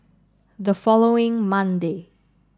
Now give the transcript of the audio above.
the following Monday